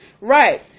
Right